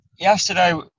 Yesterday